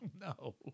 No